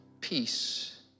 peace